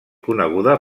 coneguda